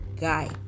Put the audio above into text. guy